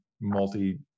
multi